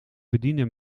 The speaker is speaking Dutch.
bedienen